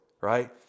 right